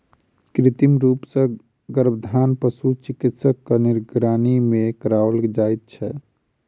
कृत्रिम रूप सॅ गर्भाधान पशु चिकित्सकक निगरानी मे कराओल जाइत छै